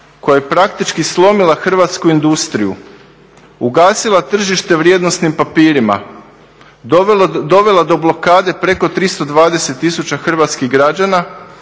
koja je praktički slomila hrvatsku industriju, ugasila tržište vrijednosnim papirima, dovela do blokade preko 320 tisuća hrvatskih građana,